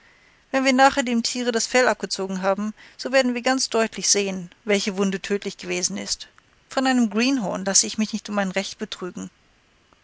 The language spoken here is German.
wenn wir nachher dem tiere das fell abgezogen haben so werden wir ganz deutlich sehen welche wunde tödlich gewesen ist von einem greenhorn lasse ich mich nicht um mein recht betrügen